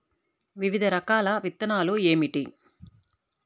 వివిధ రకాల విత్తనాలు ఏమిటి?